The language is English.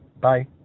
Bye